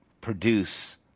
produce